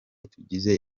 tugize